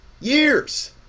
years